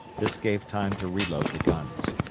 this gave time to reload the guns.